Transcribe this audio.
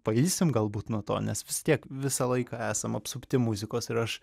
pailsim galbūt nuo to nes vis tiek visą laiką esam apsupti muzikos ir aš